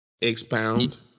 Expound